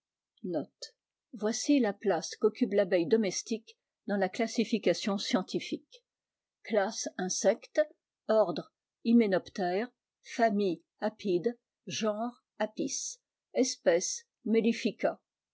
voici la place qu'occupe tabeille domestique dans la classification scientifique classe insectes ordre hyménoptères famille apides genre apis espèce